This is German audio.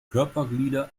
körperglieder